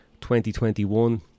2021